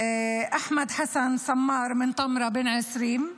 אחמד חסן סמאר מטמרה, בן 20,